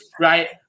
Right